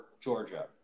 Georgia